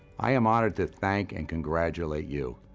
i am honored to thank and congratulate you.